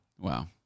Wow